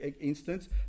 instance